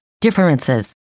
differences